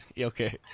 Okay